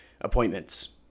appointments